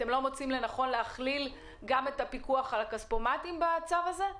אתם לא מוצאים לנכון להכליל גם את הפיקוח על הכספומטים בצו הזה?